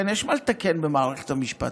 כן, יש מה לתקן במערכת המשפט,